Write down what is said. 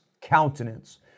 countenance